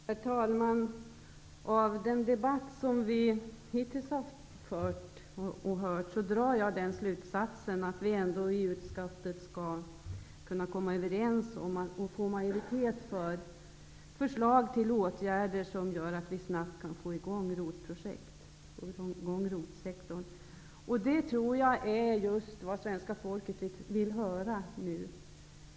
Herr talman! Av den debatt vi hittills har hört drar jag slutsatsen att vi i utskottet ändå skall få majoritet för förslag till åtgärder som innebär att vi snabbt får i gång ROT-projekt. Det tror jag är just vad svenska folket vill höra nu.